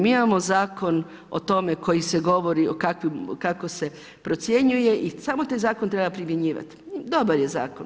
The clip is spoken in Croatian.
Mi imamo zakon o tome koji se govori kako se procjenjuje i samo taj zakon treba primjenjivati, dobar je zakon.